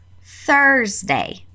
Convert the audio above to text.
Thursday